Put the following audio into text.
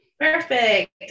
Perfect